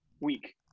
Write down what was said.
week